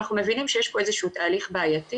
אנחנו מבינים שיש פה איזה שהוא תהליך בעייתי